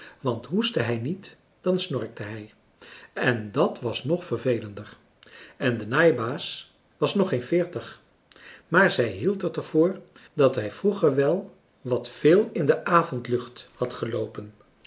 want hoestte hij niet dan snorkte hij en dat was nog vervelender en de naaibaas was nog geen veertig maar zij hield het er voor dat hij vroeger wel wat veel in de avondlucht had geloopen